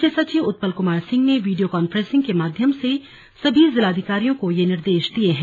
मुख्य सचिव उत्पल कुमार सिंह ने वीडियो कॉन्फ्रेंसिंग के माध्यम से सभी जिलाधिकारियों को ये निर्देश दिये हैं